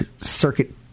circuit